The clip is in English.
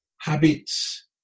habits